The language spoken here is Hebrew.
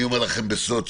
אני אומר לכם בסוד,